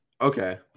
Okay